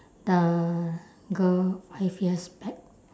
the girl five years back